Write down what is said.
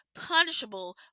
punishable